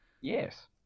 Yes